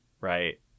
right